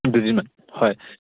দুদিনমান হয়